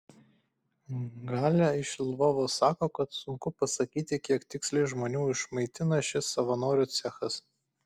galia iš lvovo sako kad sunku pasakyti kiek tiksliai žmonių išmaitina šis savanorių cechas